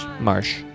Marsh